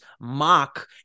mock